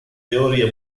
teoria